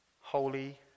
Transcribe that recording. holy